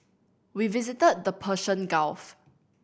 we visited the Persian Gulf